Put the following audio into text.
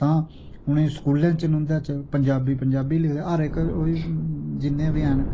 तां उंहेगी स्कूलें च पंजाबी गी पंजाबी लिखदे इक ओह् जिन्ने बी है ना